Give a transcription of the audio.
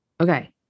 Okay